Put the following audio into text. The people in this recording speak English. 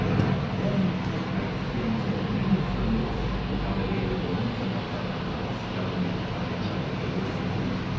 now and then i experience inconvenience from this the elevator boy in some apartment house tells me to come in by the delivery entrance,